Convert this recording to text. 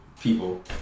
people